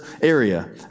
area